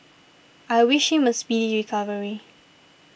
I wish him a speedy recovery